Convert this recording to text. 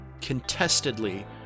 contestedly